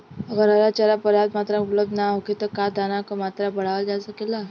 अगर हरा चारा पर्याप्त मात्रा में उपलब्ध ना होखे त का दाना क मात्रा बढ़ावल जा सकेला?